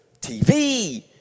TV